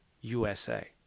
USA